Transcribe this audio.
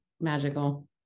magical